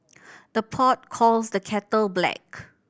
the pot calls the kettle black